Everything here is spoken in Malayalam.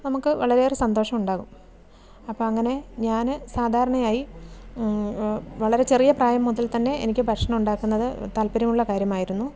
നമുക്ക് വളരെയേറെ സന്തോഷം ഉണ്ടാകും അപ്പം അങ്ങനെ ഞാൻ സാധാരണയായി വളരെ ചെറിയ പ്രായം മുതൽ തന്നെ എനിക്ക് ഭക്ഷണം ഉണ്ടാക്കുന്നത് താൽപ്പര്യം ഉള്ള കാര്യമായിരുന്നു